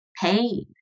pain